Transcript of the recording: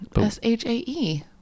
s-h-a-e